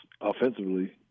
offensively